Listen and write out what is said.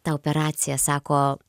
tau per raciją sako